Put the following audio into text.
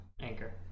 anchor